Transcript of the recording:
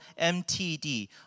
MTD